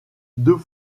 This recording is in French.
deux